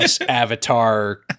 Avatar